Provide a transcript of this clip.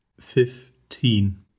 fifteen